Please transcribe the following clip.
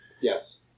Yes